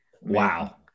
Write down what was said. wow